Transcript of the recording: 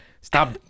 stop